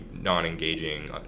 non-engaging